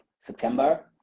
September